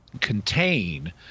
contain